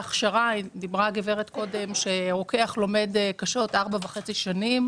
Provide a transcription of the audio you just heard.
דיברה הגברת קודם על כך שרוקח לומד קשה ארבע וחצי שנים.